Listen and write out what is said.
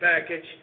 package